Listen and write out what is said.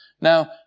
Now